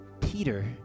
Peter